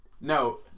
No